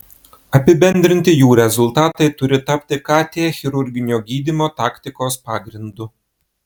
apibendrinti jų rezultatai turi tapti kt chirurginio gydymo taktikos pagrindu